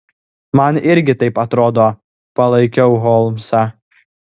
man irgi taip atrodo palaikiau holmsą